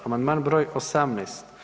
Amandman broj 18.